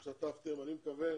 שהשתתפתם, אני מקווה